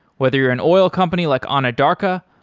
whether you're an oil company like anadarko,